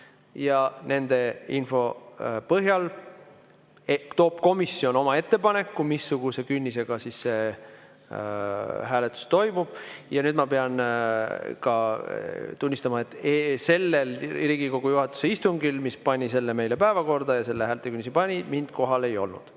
nende info põhjal toob komisjon oma ettepaneku, missuguse künnisega see hääletus toimub. Ja nüüd ma pean tunnistama, et sellel Riigikogu juhatuse istungil, mis pani selle meile päevakorda ja selle häältekünnise [kehtestas], mind kohal ei olnud.